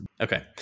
Okay